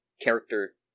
character